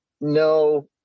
no